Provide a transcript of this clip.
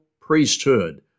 priesthood